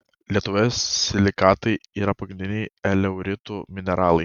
lietuvoje silikatai yra pagrindiniai aleuritų mineralai